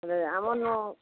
ବୋଲେ ଆମର୍ ନୁ